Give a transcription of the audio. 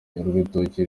urutoki